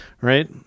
right